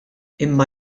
imma